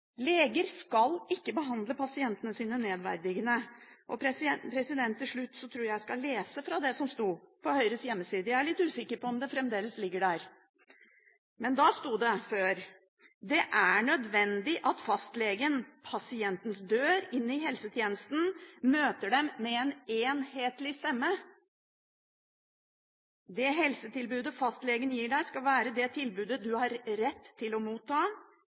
Leger skal ikke behandle pasientene sine nedverdigende. Til slutt tror jeg at jeg skal lese fra det som sto på Høyres hjemmeside. Jeg er litt usikker på om det fremdeles ligger der, men før sto det: «Det er nødvendig at fastlegetjenesten, pasientenes dør inn i helsetjenesten, møter dem med en enhetlig stemme. Det helsetilbudet fastlegen gir deg skal være det tilbudet du har rett til å motta,